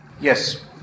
Yes